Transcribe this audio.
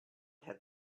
had